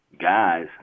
guys